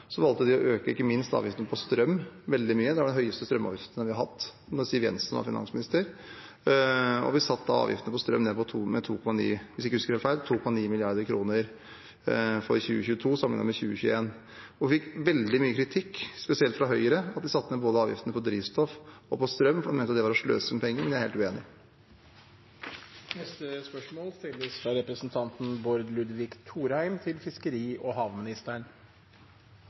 valgte de å øke avgiftene, ikke minst på strøm, veldig mye. De høyeste strømavgiftene vi har hatt, var da Siv Jensen var finansminister. Vi satte avgiftene på strøm ned med 2,9 mrd. kr i 2022 sammenliknet med i 2021 – hvis jeg ikke husker feil. Vi fikk veldig mye kritikk, spesielt fra Høyre, for at vi satte ned avgiftene på både drivstoff og strøm. Man mente det var å sløse med penger, men det er jeg helt uenig i. «Solberg-regjeringen la til rette for byggestart i 2023 for et test- og